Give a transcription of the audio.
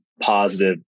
positive